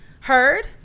heard